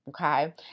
okay